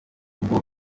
ubwo